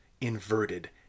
inverted